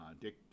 Dick